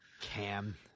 cam